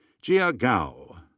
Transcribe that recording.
jie ah gao.